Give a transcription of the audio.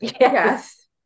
yes